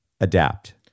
adapt